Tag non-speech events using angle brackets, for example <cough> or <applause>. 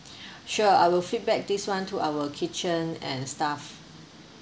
<breath> sure I will feedback this [one] to our kitchen and staff